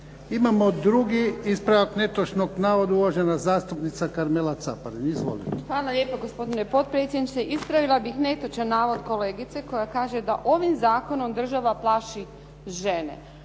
Imamo drugi ispravak netočnog navoda uvažena zastupnica Karmela Caparin. Izvolite. **Caparin, Karmela (HDZ)** Hvala lijepa gospodine potpredsjedniče. Ispravila bih netočan navod kolegice koja kaže da ovim zakonom država plaši žene.